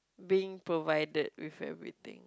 being provided with everything